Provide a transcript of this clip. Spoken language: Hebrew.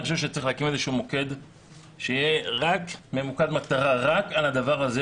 אני חושב שצריך להקים איזשהו מוקד שיהיה רק לדבר הזה,